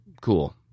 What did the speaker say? cool